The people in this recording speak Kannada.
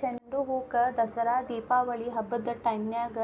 ಚಂಡುಹೂಕ ದಸರಾ ದೇಪಾವಳಿ ಹಬ್ಬದ ಟೈಮ್ನ್ಯಾಗ